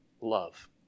love